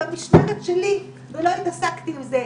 במשמרת שלי ולא התעסקתי עם זה.